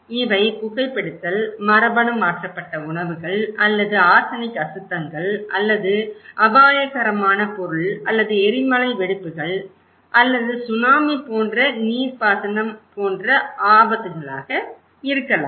இவை புகைபிடித்தல் மரபணு மாற்றப்பட்ட உணவுகள் அல்லது ஆர்சனிக் அசுத்தங்கள் அல்லது அபாயகரமான பொருள் அல்லது எரிமலை வெடிப்புகள் சரி அல்லது சுனாமி போன்ற நீர்ப்பாசனம் போன்ற ஆபத்துகளாக இருக்கலாம்